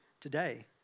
today